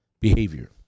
behavior